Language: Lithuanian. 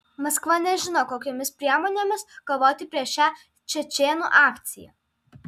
maskva nežino kokiomis priemonėmis kovoti prieš šią čečėnų akciją